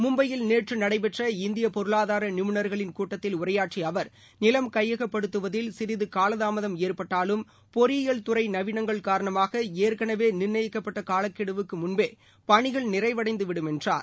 மும்பையில் நேற்றுநடைபெற்ற இந்தியபொருளாதாரநிபுணர்களின் கூட்டத்தில் உரையாற்றியஅவர் நிலம் கையகப்படுத்துவதில் சிறிதுகாலதாமதம் ஏற்பட்டாலும் பொறியியல் துறைநவீனங்கள் காரணமாக ஏற்கனவேநிர்ணயிக்கப்பட்டகாலக்கெடுவுக்குமுன்பே பணிகள் நிறைவடைந்துவிடும் என்றார்